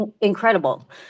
incredible